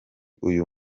uyu